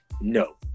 no